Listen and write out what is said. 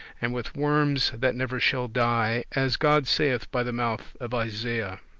and with worms that never shall die, as god saith by the mouth of isaiah.